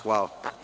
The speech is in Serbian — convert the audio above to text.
Hvala.